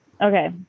okay